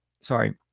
Sorry